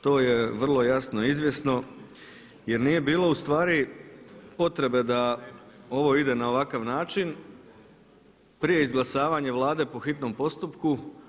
To je vrlo jasno i izvjesno jer nije bilo ustvari potrebe da ovo ide na ovakav način prije izglasavanja Vlade po hitnom postupku.